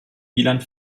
wieland